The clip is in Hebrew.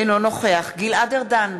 אינו נוכח גלעד ארדן,